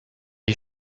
you